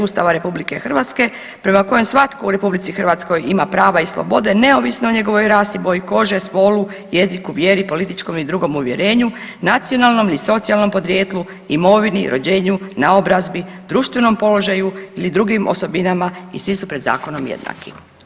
Ustava RH prema kojem svatko u RH ima prava i slobode neovisno o njegovoj rasi, boji kože, spolu, jeziku, vjeri, političkom i drugom uvjerenju, nacionalnom i socijalnom podrijetlu, imovini, rođenju, naobrazbi, društvenom položaju ili drugim osobinama i svi su pred zakonom jednaki.